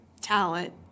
talent